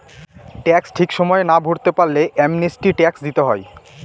tax ঠিক সময়ে না ভরতে পারলে অ্যামনেস্টি ট্যাক্স দিতে হয়